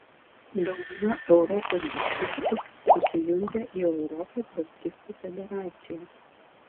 dauguma europos baptistų susijungę į europos baptistų federaciją